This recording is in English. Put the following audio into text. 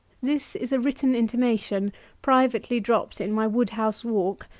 this is a written intimation privately dropt in my wood-house walk,